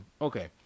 okay